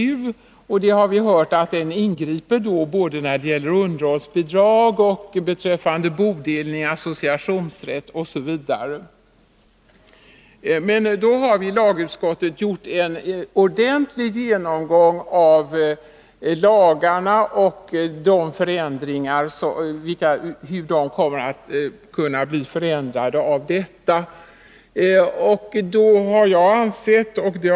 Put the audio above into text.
Vi har hört att den griper in när det gäller underhållsbidrag, bodelning, associationsrätt osv. Men vi i utskottet har gjort en ordentlig genomgång av lagarna, och vi har undersökt hur de kommer att förändras med anledning av detta.